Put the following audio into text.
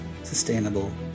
sustainable